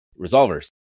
resolvers